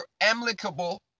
amicable